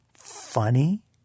Funny